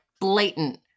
blatant